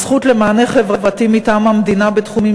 הזכות למענה חברתי מטעם המדינה בתחומים